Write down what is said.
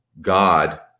God